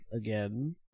again